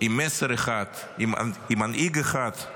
עם מסר אחד, עם מנהיג אחד.